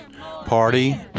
party